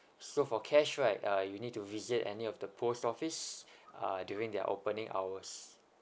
so for cash right uh you need to visit any of the post office ah during their opening hours